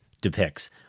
depicts